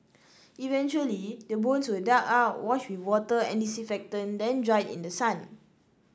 eventually the bones were dug out washed with water and disinfectant then dried in the sun